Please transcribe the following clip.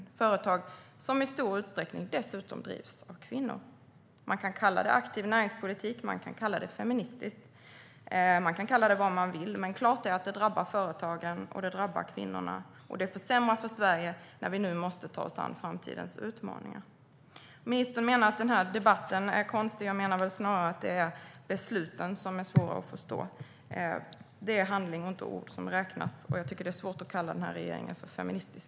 Det är företag som dessutom i stor utsträckning drivs av kvinnor. Man kan kalla det aktiv näringspolitik, feministisk eller vad man vill. Klart är att det drabbar företagen och kvinnorna. Det försämrar för Sverige när vi nu måste ta oss an framtidens utmaningar. Ministern menar att debatten är konstig. Jag menar snarare att det är besluten som är svåra att förstå. Det är handling och inte ord som räknas. Det är svårt att kalla regeringen för feministisk.